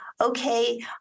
okay